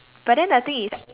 but then the thing is